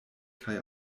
kaj